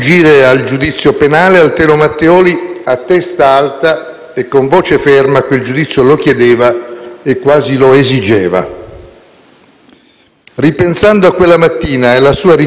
Ripensando a quella mattina e alla sua richiesta di essere giudicato dalla magistratura come un comune cittadino, mi pento - e lo debbo dire oggi